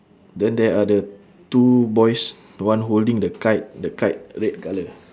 then there are the two boys one holding the kite the kite red colour